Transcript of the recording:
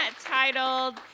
titled